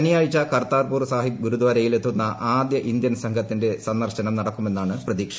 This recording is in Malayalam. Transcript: ശനിയാഴ്ച കർതാർപൂർ സാഹിബ് ഗുരുദാരയിൽ എത്തുന്ന ആദ്യ ഇന്ത്യൻ സംഘത്തിന്റെ സന്ദർശനം നടക്കുമെന്നാണ് പ്രതീക്ഷ